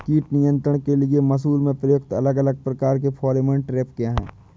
कीट नियंत्रण के लिए मसूर में प्रयुक्त अलग अलग प्रकार के फेरोमोन ट्रैप क्या है?